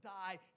die